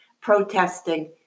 protesting